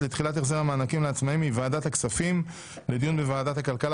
לתחילת החזר המענקים לעצמאיים" מוועדת הכספים לדיון בוועדת הכלכלה.